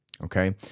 Okay